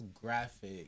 graphic